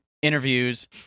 Interviews